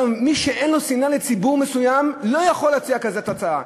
מי שאין לו שנאה לציבור מסוים לא יכול להציע כזאת הצעה,